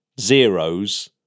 zeros